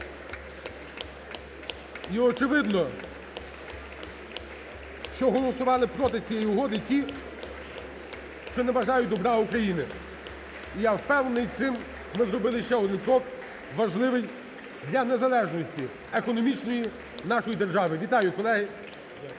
І, очевидно, що голосували проти цієї угоди ті, що не бажають добра Україні. І я впевнений, цим, ми зробили ще один крок, важливий для незалежності економічної нашої держави. Вітаю, колеги, закон